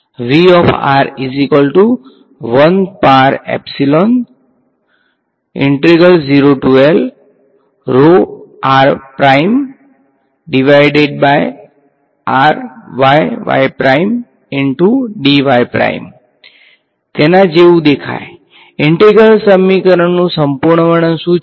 વિદ્યાર્થી તેના જેવુ દેખાય ઈંટેગ્રલ સમીકરણનું સંપૂર્ણ વર્ણન શું છે